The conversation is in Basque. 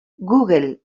google